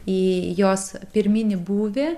į jos pirminį būvį